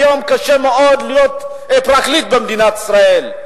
היום קשה מאוד להיות פרקליט במדינת ישראל,